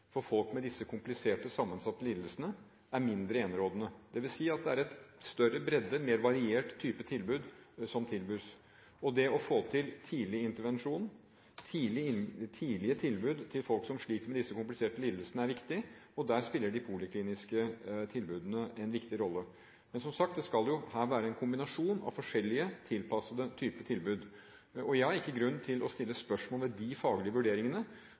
for folk med disse kompliserte, sammensatte lidelsene, er mindre enerådende. Det vil si at det er større bredde og mer varierte typer tilbud som tilbys. Det å få til tidlig intervensjon, tidlige tilbud til folk som sliter med disse kompliserte lidelsene, er viktig. Der spiller de politikliniske tilbudene en viktig rolle. Men som sagt: Det skal her være en kombinasjon av forskjellige, tilpassede typer tilbud. Jeg har ingen grunn til å stille spørsmål ved de faglige vurderingene.